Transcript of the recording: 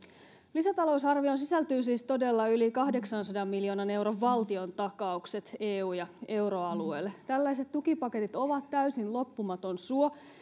lisätalousarvioon sisältyy siis todella yli kahdeksansadan miljoonan euron valtiontakaukset eu ja euroalueelle tällaiset tukipaketit ovat täysin loppumaton suo